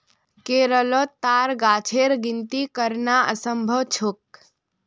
केरलोत ताड़ गाछेर गिनिती करना असम्भव छोक